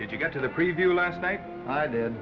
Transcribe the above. if you get to the preview last night i did